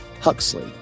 Huxley